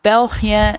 België